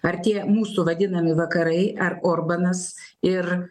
ar tie mūsų vadinami vakarai ar orbanas ir